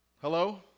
Hello